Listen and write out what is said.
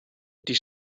die